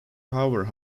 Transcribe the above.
power